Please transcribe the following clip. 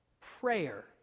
prayer